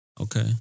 Okay